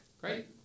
Great